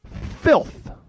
filth